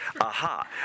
aha